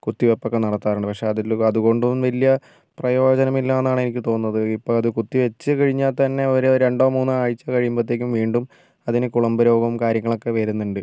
കുത്തിവെപ്പ് ഒക്കെ നടത്താറുണ്ട് പക്ഷേ അതിൽ അതുകൊണ്ടൊന്നും വലിയ പ്രയോജനം ഇല്ലെന്നാണ് എനിക്ക് തോന്നുന്നത് ഇപ്പം അത് കുത്തി വെച്ച് കഴിഞ്ഞാൽ തന്നെ ഒരു രണ്ടോ മൂന്നോ ആഴ്ച്ച കഴിയുമ്പോഴത്തേക്കും വീണ്ടും അതിന് കുളമ്പുരോഗവും കാര്യങ്ങളും ഒക്കെ വരുന്നുണ്ട്